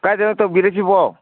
ꯀꯥꯏꯗꯩꯅꯣ ꯇꯧꯕꯤꯔꯛꯏꯁꯤꯕꯣ